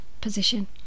position